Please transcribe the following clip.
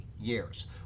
years